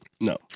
no